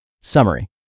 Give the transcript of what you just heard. Summary